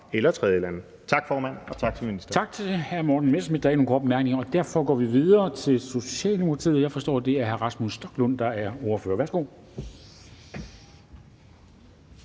eller tredjelande. Kl. 16:39 Formanden (Henrik Dam Kristensen): Tak til hr. Morten Messerschmidt. Der er ikke nogen korte bemærkninger, og derfor går vi videre til Socialdemokratiet. Jeg forstår, at det er hr. Rasmus Stoklund, der er ordfører. Værsgo.